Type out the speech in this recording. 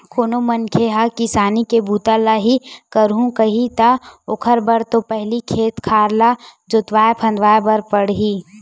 कोनो मनखे ह किसानी के बूता ल ही करहूं कइही ता ओखर बर तो पहिली खेत खार ल जोतवाय फंदवाय बर परही